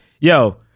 Yo